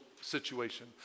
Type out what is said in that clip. situation